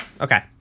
Okay